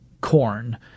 corn